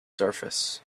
surface